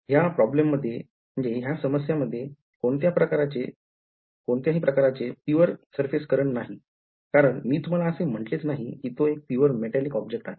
ह्या समस्येमध्ये कोणत्या प्रकारचे pure surface current नाही कारण मी तुम्हाला असे म्हण्टलेच नाही की तो एक pure metallic object होता